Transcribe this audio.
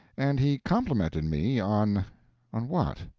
and he complimented me on on what?